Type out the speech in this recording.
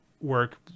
work